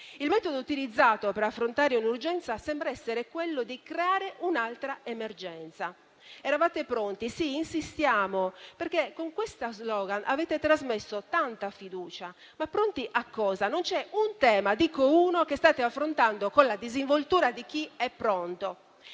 Il metodo utilizzato per affrontare l'urgenza sembra essere quello di creare un'altra emergenza. Eravate pronti: sì, insistiamo, perché con questo *slogan* avete trasmesso tanta fiducia. Ma pronti a cosa? Non c'è un tema, dico uno, che state affrontando con la disinvoltura di chi è pronto.